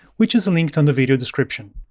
which is linked on the video description.